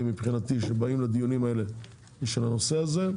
מבחינתי שבאים לדיונים האלה על הנושא הזה,